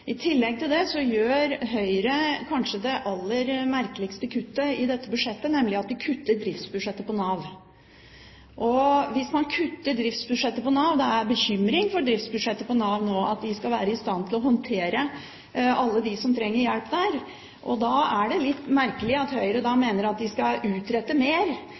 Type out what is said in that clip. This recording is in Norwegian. I tillegg til det gjør Høyre kanskje det aller merkeligste kuttet i dette budsjettet, nemlig i driftsbudsjettet til Nav. Hvis man kutter i driftsbudsjettet til Nav – det er en bekymring i Nav nå for driftsbudsjettet med tanke på om de vil være i stand til å håndtere alle dem som trenger hjelp – er det litt merkelig at Høyre mener at de skal utrette mer